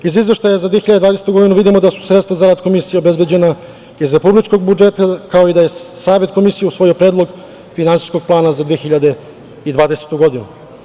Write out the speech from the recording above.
Iz Izveštaja za 2020. godinu vidimo da su sredstva za rad Komisije obezbeđena iz republičkog budžeta, kao i da je Savet komisije usvojio Predlog finansijskog plana za 2020. godinu.